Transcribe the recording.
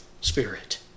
Spirit